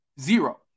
zero